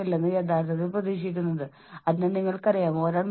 കൂടാതെ സമ്മർദ്ദത്തെ നേരിടാനുള്ള ശ്രമത്തിൽ നിങ്ങൾ പറയുന്നു ശരി